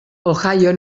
ohio